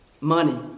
Money